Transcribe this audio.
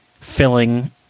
filling